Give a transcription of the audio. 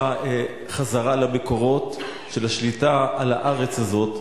חזרה למקורות של השליטה על הארץ הזאת.